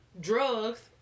drugs